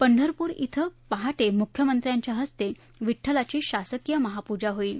पंढरपूर धिं उद्या पहा मुख्यमंत्र्यांच्या हस्ते विड्ठलाची शासकीय महापूजा होईल